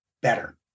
better